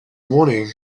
morning